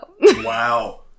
Wow